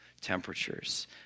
temperatures